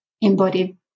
embodied